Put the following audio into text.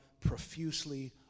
profusely